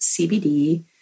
CBD